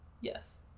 yes